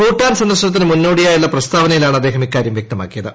ഭൂട്ടാൻ സന്ദർശനത്തിന് മുന്നോടിയായുള്ള പ്രസ്താവനയിലാണ് അദ്ദേഹം ഇക്കാര്യം വ്യക്തമാക്കിയത്